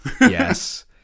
Yes